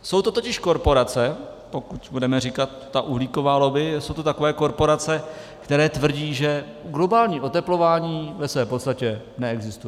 Jsou to totiž korporace, pokud budeme říkat ta uhlíková lobby, jsou to takové korporace, které tvrdí, že globální oteplování ve své podstatě neexistuje.